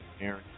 Aaron